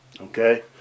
Okay